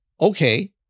okay